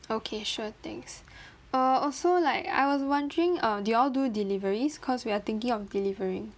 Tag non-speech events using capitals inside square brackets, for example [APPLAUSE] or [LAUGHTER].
okay sure thanks [BREATH] err also like I was wondering uh do y'all do deliveries cause we are thinking of delivering